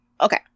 Okay